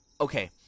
Okay